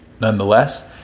nonetheless